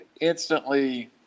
instantly